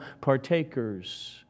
partakers